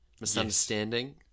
Misunderstanding